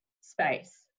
space